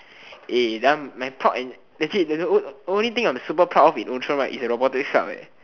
eh that one my proud and legit there's the o~ only thing I'm super proud of in Outram right is the robotics club leh